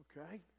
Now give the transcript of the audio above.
okay